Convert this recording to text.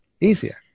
Easier